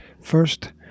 First